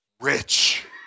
rich